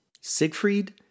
Siegfried